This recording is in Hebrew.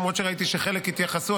למרות שראיתי שחלק התייחסו,